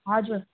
हजुर